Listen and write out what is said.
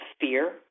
fear